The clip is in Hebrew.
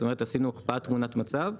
זאת אומרת עשינו הקפאת תמונת מצב,